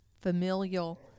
familial